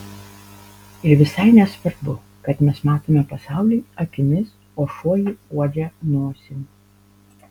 ir visai nesvarbu kad mes matome pasaulį akimis o šuo jį uodžia nosim